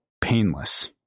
painless